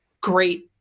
great